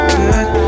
good